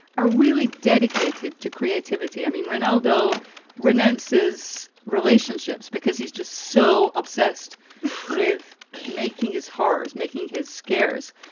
are really dedicated to creativity. i mean, renaldo renounces relationships because he's just so obsessed with making his horror's making his scare's.